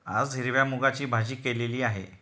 आज हिरव्या मूगाची भाजी केलेली आहे